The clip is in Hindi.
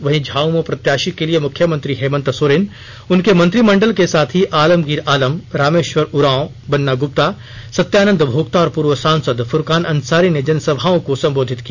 वहीं झामुमो प्रत्याशी के लिए मुख्यमंत्री हेमंत सोरेन उनके मंत्रिमंडल के साथी आलमगीर आलम रामेश्वर उरांव बन्ना गुप्ता सत्यानंद भोक्ता और पूर्व सांसद फुरकान अंसारी ने जनसभाओं को सम्बोधित किया